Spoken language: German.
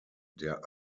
der